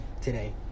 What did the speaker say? today